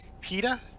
PETA